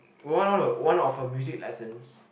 one of her one of her music lessons